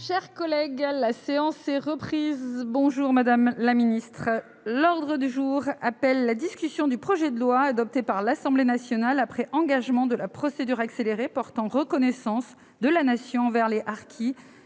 est suspendue. La séance est reprise. L'ordre du jour appelle la discussion du projet de loi, adopté par l'Assemblée nationale après engagement de la procédure accélérée, portant reconnaissance de la Nation envers les harkis